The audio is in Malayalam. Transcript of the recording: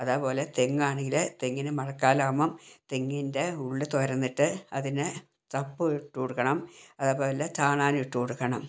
അതാപോലെ തെങ്ങാണെങ്കില് തെങ്ങിന് മഴക്കാലാവ്മ്പം തെങ്ങിൻെറ ഉള്ള് തൊരന്നിട്ട് അതിനെ ചപ്പ് ഇട്ടു കൊടുക്കണം അതാപോലെ ചാണാനിട്ട് കൊടുക്കണം